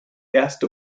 erste